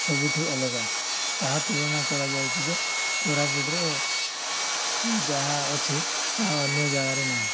ସବୁଠୁ ଅଲଗା ତାହା ତୁଳନା କରାଯାଉଛି ଯେ କୋରାପୁଟର ଯାହା ଅଛି ତାହା ଅନ୍ୟ ଜାଗାରେ ନାହିଁ